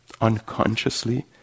unconsciously